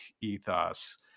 ethos